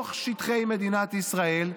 בתוך שטחי מדינת ישראל,